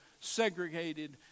segregated